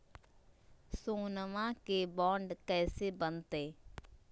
सोनमा के बॉन्ड कैसे बनते?